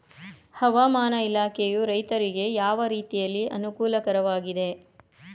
ಹವಾಮಾನ ಇಲಾಖೆಯು ರೈತರಿಗೆ ಯಾವ ರೀತಿಯಲ್ಲಿ ಅನುಕೂಲಕರವಾಗಿದೆ?